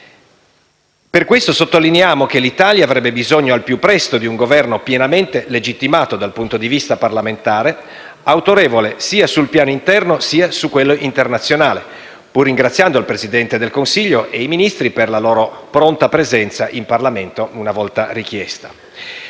Per questo sottolineiamo che l'Italia avrebbe bisogno al più presto di un Governo pienamente legittimato dal punto di vista parlamentare, autorevole sia sul piano interno, sia su quello internazionale, pur ringraziando il Presidente del Consiglio e i Ministri per la loro pronta presenza in Parlamento, una volta richiesta.